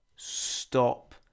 Stop